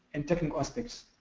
and technical aspects.